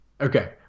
okay